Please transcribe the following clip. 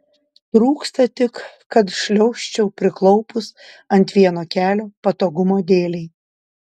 trūksta tik kad šliaužčiau priklaupus ant vieno kelio patogumo dėlei